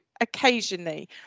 occasionally